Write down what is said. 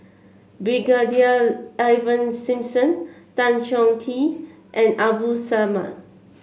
Brigadier Ivan Simson Tan Chong Tee and Abdul Samad